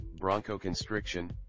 bronchoconstriction